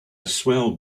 swell